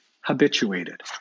habituated